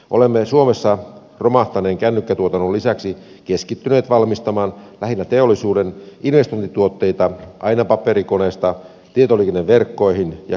olemme suomessa romahtaneen kännykkätuotannon lisäksi keskittyneet valmistamaan lähinnä teollisuuden investointituotteita aina paperikoneista tietoliikenneverkkoihin ja kontinkäsittelylukkeihin